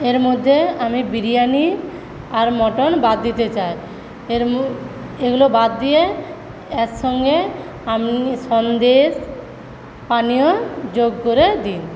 এর মধ্যে আমি বিরিয়ানি আর মটন বাদ দিতে চাই এগুলো বাদ দিয়ে এর সঙ্গে আপনি সন্দেশ পানীয় যোগ করে দিন